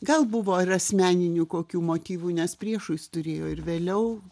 gal buvo ir asmeninių kokių motyvų nes priešų jis turėjo ir vėliau